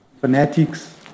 fanatics